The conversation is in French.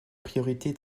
priorité